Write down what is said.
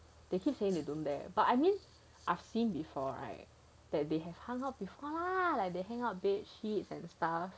they keep saying they don't dare but I mean I've seen before right that they have hung out before lah like the hang out bed sheets and stuff